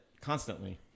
constantly